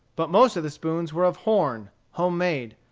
but most of the spoons were of horn, homemade.